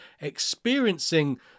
experiencing